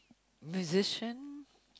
musician